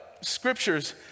scriptures